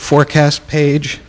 forecast page